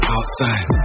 Outside